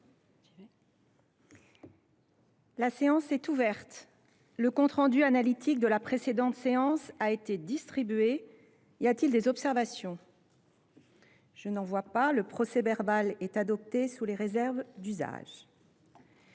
La séance est ouverte. Le compte rendu analytique de la précédente séance a été distribué. Il n’y a pas d’observation ?… Le procès verbal est adopté sous les réserves d’usage.